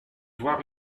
voir